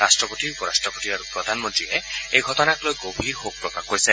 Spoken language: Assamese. ৰাষ্ট্ৰপতি উপ ৰাষ্ট্ৰপতি আৰু প্ৰধানমন্ত্ৰীয়ে এই ঘটনাক লৈ গভীৰ শোক প্ৰকাশ কৰিছে